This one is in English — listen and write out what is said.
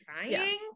trying